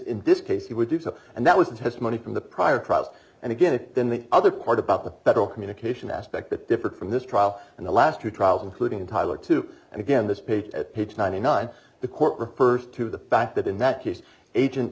in this case he would do so and that was testimony from the prior crowds and again then the other part about the federal communication aspect that differed from this trial and the last two trials including tyler two and again this page at page ninety nine the court refers to the fact that in that case agent